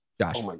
Josh